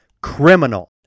criminal